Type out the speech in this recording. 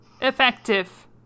Effective